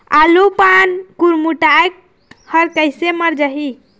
आलू पान गुरमुटाए हर कइसे मर जाही?